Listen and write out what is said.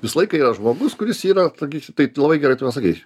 visą laiką yra žmogus kuris yra sakykim taip labai gerai tu pasakei